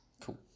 Cool